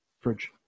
Fridge